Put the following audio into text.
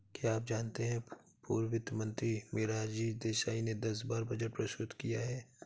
क्या आप जानते है पूर्व वित्त मंत्री मोरारजी देसाई ने दस बार बजट प्रस्तुत किया है?